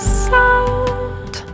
sound